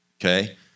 Okay